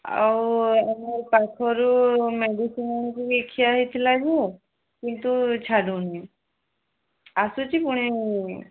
ଆଉ ଆମ ପାଖରୁ ମେଡ଼ିସିନ୍ ବି ଖିଆ ହୋଇଥିଲା ଯେ କିନ୍ତୁ ଛାଡ଼ୁନି ଆସୁଛି ପୁଣି